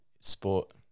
sport